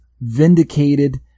vindicated